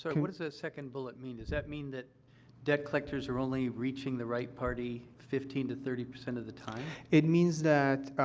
what does that second bullet mean? does that mean that debt collectors are only reaching the right party fifteen to thirty percent of the time? it means that,